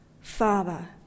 Father